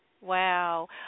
Wow